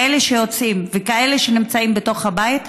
כאלה שיוצאים וכאלה שנמצאים בתוך הבית,